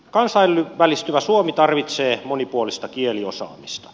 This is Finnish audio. kansainvälistyvä suomi tarvitsee monipuolista kieliosaamista